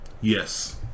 Yes